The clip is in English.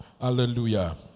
Hallelujah